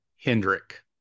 Hendrick